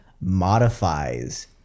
modifies